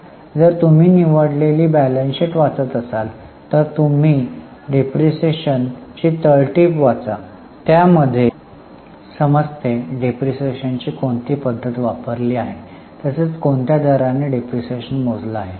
जर तुम्ही निवडलेले ताळेबंद पत्रक वाचत असाल तर तुम्ही डिप्रीशीएशन तळटीप वाचा त्यामध्ये समजते डिप्रीशीएशन ची कोणती पद्धत वापरली आहे तसेच कोणत्या दराने डिप्रीशीएशन मोजला आहे